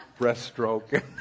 breaststroke